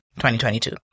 2022